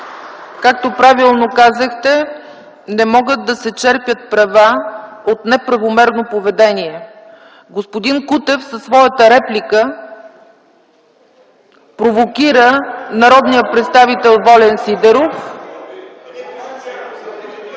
Както правилно казахте, не могат да се черпят права от неправомерно поведение. Господин Кутев със своята реплика провокира народния представител Волен Сидеров.